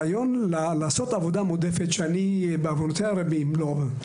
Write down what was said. הרעיון לעשות עבודה מועדפת שאני בעוונותיי הרבים לא אוהב.